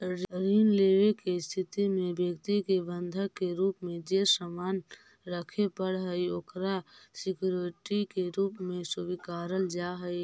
ऋण लेवे के स्थिति में व्यक्ति के बंधक के रूप में जे सामान रखे पड़ऽ हइ ओकरा सिक्योरिटी के रूप में स्वीकारल जा हइ